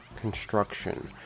construction